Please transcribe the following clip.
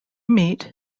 meet